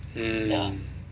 mm